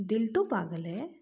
दिल तो पागल है